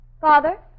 father